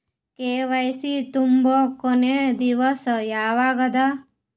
KYC ತುಂಬೊ ಕೊನಿ ದಿವಸ ಯಾವಗದ?